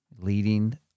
leading